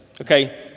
Okay